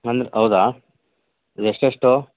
ಅಂದ್ರೆ ಹೌದಾ ಎಷ್ಟೆಷ್ಟು